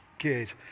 Good